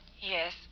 Yes